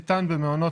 ניתן במעונות,